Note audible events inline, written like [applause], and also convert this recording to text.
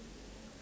[breath]